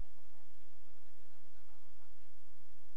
ולא לרופאים הצעירים, שנושאים ברוב הנטל.